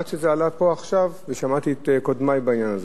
עד שזה עלה פה עכשיו ושמעתי את קודמי בעניין הזה.